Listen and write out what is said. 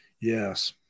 yes